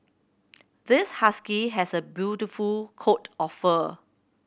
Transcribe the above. this husky has a beautiful coat of fur